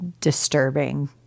disturbing